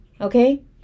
okay